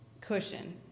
cushion